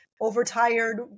overtired